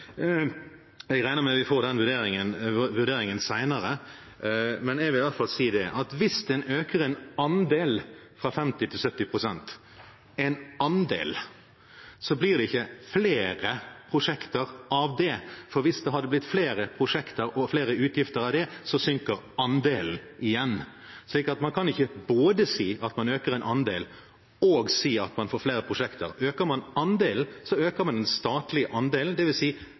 Jeg regner med at vi får den vurderingen senere. Jeg vil i hvert fall si at hvis en øker en andel fra 50 til 70 pst., blir det ikke flere prosjekter av det, for hvis det hadde blitt flere prosjekter og flere utgifter av det, ville andelen ha sunket igjen. Man kan ikke både si at man øker en andel, og si at man får flere prosjekter. Øker man andelen, øker man den statlige andelen,